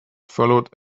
followed